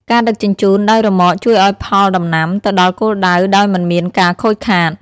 ការដឹកជញ្ជូនដោយរ៉ឺម៉កជួយឱ្យផលដំណាំទៅដល់គោលដៅដោយមិនមានការខូចខាត។